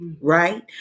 Right